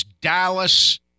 Dallas